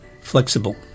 flexible